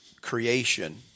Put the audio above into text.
creation